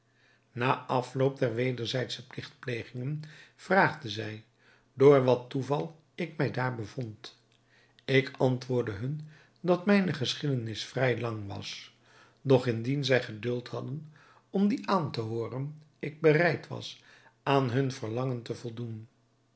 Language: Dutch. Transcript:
na afloop der wederzijdsche pligtplegingen vraagden zij door wat toeval ik mij daar bevond ik antwoordde hun dat mijne geschiedenis vrij lang was doch indien zij geduld hadden om die aan te hooren ik bereid was aan hun verlangen te voldoen